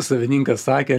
savininkas sakė